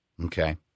Okay